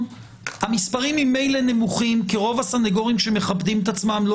המספרים ממילא נמוכים כי רוב הסנגורים שמכבדים את עצמם לא